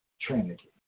Trinity